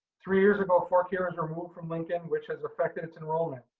three years ago four k was removed from lincoln, which has affected its enrollment.